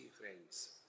friends